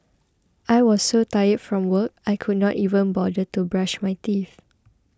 I was so tired from work I could not even bother to brush my teeth